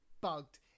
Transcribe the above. bugged